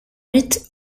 huit